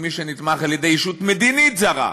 לגבי מי שנתמך על-ידי ישות מדינית זרה,